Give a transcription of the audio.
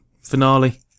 finale